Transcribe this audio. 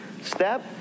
step